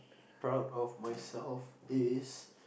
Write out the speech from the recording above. proud of myself is